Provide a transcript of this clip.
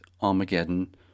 Armageddon